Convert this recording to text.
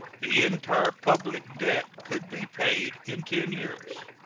the entire public debt could be paid in ten years.